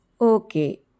Okay